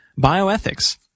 Bioethics